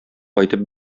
кайтып